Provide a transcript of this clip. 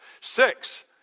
six